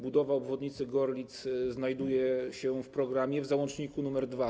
Budowa obwodnicy Gorlic znajduje się w programie w załączniku nr 2.